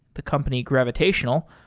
the company gravitational,